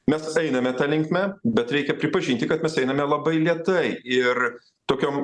mes einame ta linkme bet reikia pripažinti kad mes einame labai lėtai ir tokiom